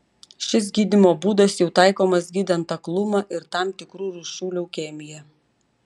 šis gydymo būdas jau taikomas gydant aklumą ir tam tikrų rūšių leukemiją